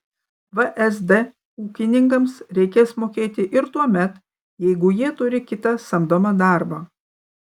vsd ūkininkams reikės mokėti ir tuomet jeigu jie turi kitą samdomą darbą